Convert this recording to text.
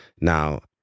Now